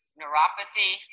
neuropathy